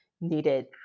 needed